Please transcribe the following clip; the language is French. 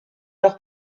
leur